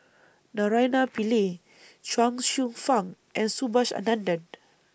Naraina Pillai Chuang Hsueh Fang and Subhas Anandan